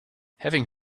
having